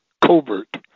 covert